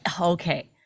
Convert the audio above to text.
okay